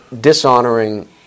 dishonoring